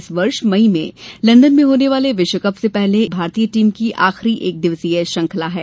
इस वर्ष मई में लंदन में होने वाले विश्वकप से पहले यह भारतीय टीम की आखिरी एकदिवसीय श्रृंखला है